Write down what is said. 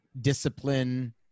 discipline